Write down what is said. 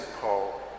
Paul